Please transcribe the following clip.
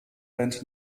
band